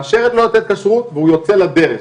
מאשרת לו לתת כשרות והוא יוצא לדרך.